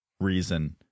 reason